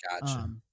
Gotcha